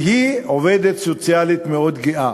והיא עובדת סוציאלית מאוד גאה.